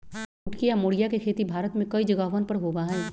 कुटकी या मोरिया के खेती भारत में कई जगहवन पर होबा हई